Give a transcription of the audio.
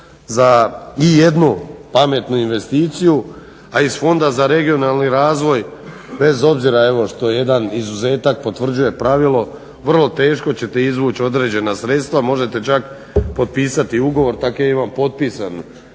za ijednu pametnu investiciju, a iz Fonda za regionalni razvoj bez obzira evo što jedan izuzetak potvrđuje pravilo vrlo teško ćete izvući određena sredstva možete čak potpisati i ugovor. Tako ja imam potpisan